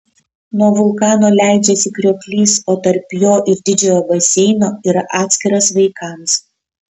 nuo vulkano leidžiasi krioklys o tarp jo ir didžiojo baseino yra atskiras vaikams